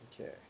Okay